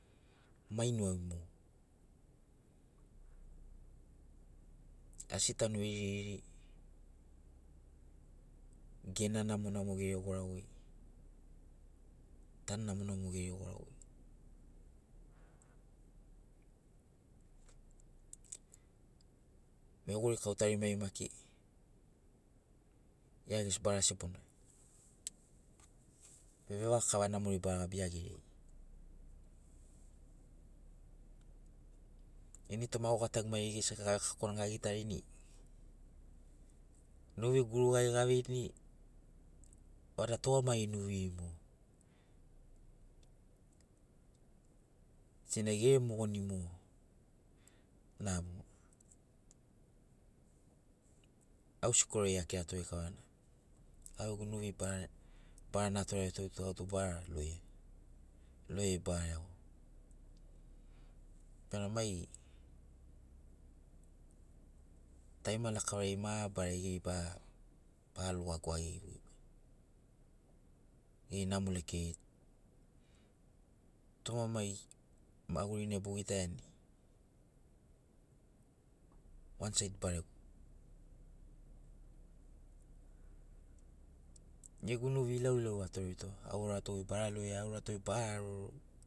Maino ai mo asi tanu eiri eiri gena namo namo gere goragoi tanu namo namo gere gora goi vegorikau tarimari maki gia gesi bara sebona vevaga kava namori ba gabi gia geriai ini toma au gatagu maigeri gesi avekakoni agitarini nuvi gurugari aveini vada tugamagi nuviri mogo senagi gere mogoni mogo namo au sikuli ai atoreto kavana au gegu nuvi barana atoreato autu bara loea loea bara iago bena mai tarima lakavari mabarari geri ba ba luga gwagigi geri namo lekeriai toma mai magurina bogitaiani wansaid barego gegu nuvi ilauilau atoreto aurato bara loea aurato bara haroro